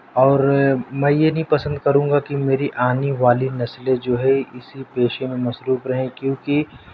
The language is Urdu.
اور میں یہ نہیں پسند کروں گا کہ میری آنی والی نسلیں جو ہے اسی پیشے میں مصروف رہیں کیونکہ